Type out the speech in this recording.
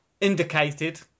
indicated